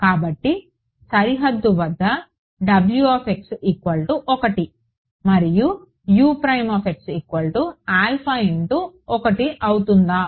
కాబట్టి సరిహద్దు వద్ద 1 మరియు X 1 అవుతుందా